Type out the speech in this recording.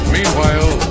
Meanwhile